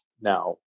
now